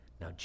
Now